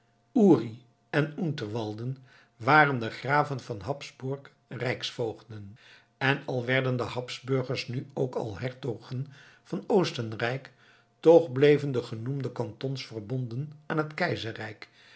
uri en unterwalden waren de graven van habsburg rijksvoogden en al werden de habsburgers nu ook al hertogen van oostenrijk toch bleven de genoemde cantons verbonden aan het keizerrijk